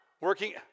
Working